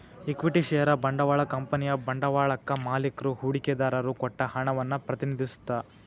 equity share ಬಂಡವಾಳ ಕಂಪನಿಯ ಬಂಡವಾಳಕ್ಕಾ ಮಾಲಿಕ್ರು ಹೂಡಿಕೆದಾರರು ಕೊಟ್ಟ ಹಣವನ್ನ ಪ್ರತಿನಿಧಿಸತ್ತ